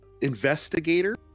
investigator